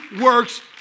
works